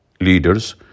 leaders